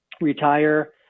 retire